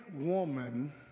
woman